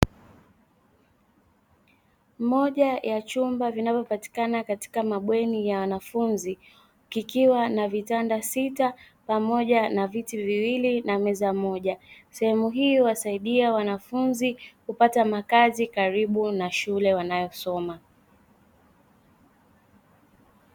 Moja ya chumba vinavyopatikana katika mabweni ya wanafunzi, kikiwa na vitanda sita pamoja na vitu viwili na meza moja, sehemu hii huwasaidia wanafunzi kupata makazi karibu na shule wanayosoma.